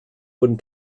wurden